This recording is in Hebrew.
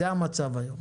זה המצב היום.